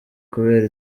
kubera